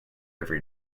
every